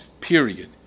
period